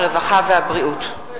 הרווחה והבריאות.